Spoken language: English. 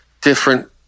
different